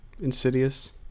Insidious